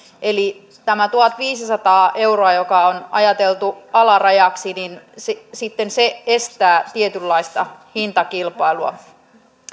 eli tämä tuhatviisisataa euroa joka on ajateltu alarajaksi sitten estää tietynlaista hintakilpailua